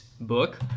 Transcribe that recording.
Book